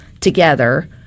together